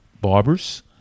barbers